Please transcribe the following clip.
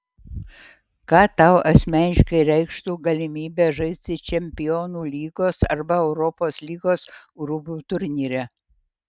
ką tau asmeniškai reikštų galimybė žaisti čempionų lygos arba europos lygos grupių turnyre